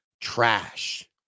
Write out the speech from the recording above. trash